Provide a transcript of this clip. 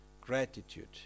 gratitude